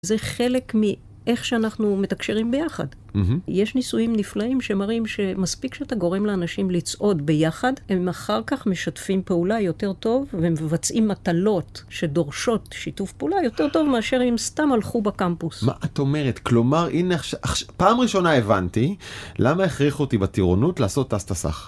זה חלק מאיך שאנחנו מתקשרים ביחד. יש ניסויים נפלאים שמראים שמספיק שאתה גורם לאנשים לצעוד ביחד, הם אחר כך משתפים פעולה יותר טוב, ומבצעים מטלות שדורשות שיתוף פעולה יותר טוב מאשר אם סתם הלכו בקמפוס. מה את אומרת? כלומר, פעם ראשונה הבנתי למה הכריחו אותי בטירונות לעשות תס תסך.